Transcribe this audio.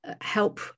help